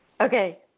Okay